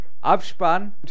Abspann